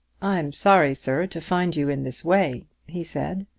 i'm sorry, sir, to find you in this way, he said.